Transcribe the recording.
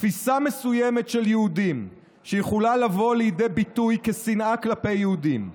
תפיסה מסוימת של יהודים שיכולה לבוא לידי ביטוי כשנאה כלפי יהודים,